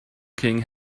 king